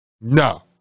no